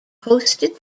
hosted